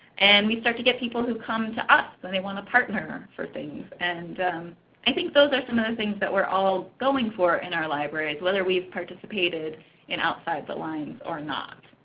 and we start to get people who come to us and they want to partner for things. and i think those are some of the things that we are all going for in our libraries, whether we've participated in outside the lines or not.